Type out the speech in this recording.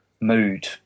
mood